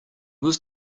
was